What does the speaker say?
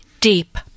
deep